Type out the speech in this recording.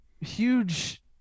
huge